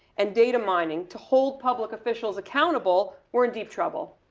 and data mining to hold public officials accountable, we're in deep trouble.